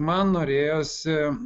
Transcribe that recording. man norėjosi